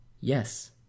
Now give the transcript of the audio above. Yes